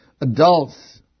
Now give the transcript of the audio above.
adults